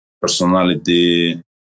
personality